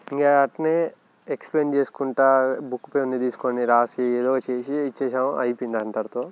ఇంక అట్టనే ఎక్స్ప్లెయిన్ చేసుకుంటా బుక్కు పెన్ను తీసుకుని రాసి ఏదో చేసి ఇచ్చేసాం అయిపోయింది అంతటితో